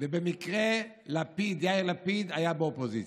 ובמקרה יאיר לפיד היה באופוזיציה?